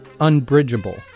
unbridgeable